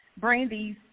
Brandy's